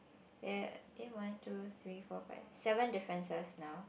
ya eh one two three four five seven differences now